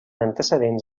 antecedents